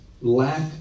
lack